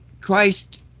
Christ